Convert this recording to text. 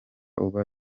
uba